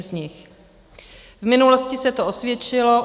V minulosti se to osvědčilo.